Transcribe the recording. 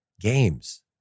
games